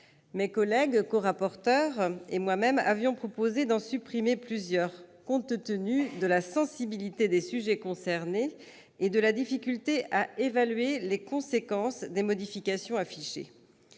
Mes collègues corapporteurs et moi-même avions proposé d'en supprimer plusieurs, compte tenu de la sensibilité des sujets concernés et de la difficulté à évaluer les conséquences des modifications affichées.